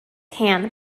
hand